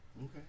Okay